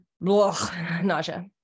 Nausea